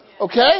Okay